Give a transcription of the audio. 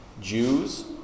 Jews